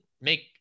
make